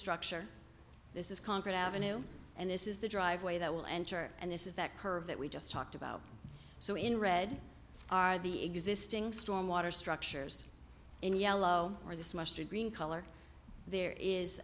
structure this is concrete avenue and this is the driveway that will enter and this is that curve that we just talked about so in red are the existing stormwater structures in yellow or this mustard green color there is